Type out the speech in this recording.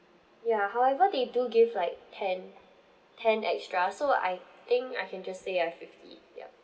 ya however they do give like ten ten extra so I think I can just say I fifty yup